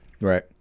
Right